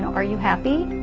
are you happy?